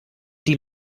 die